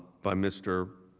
by mr.